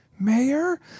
mayor